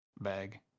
bag